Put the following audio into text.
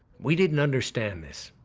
we didn't understand this,